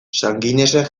sanginesek